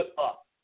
up